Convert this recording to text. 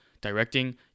directing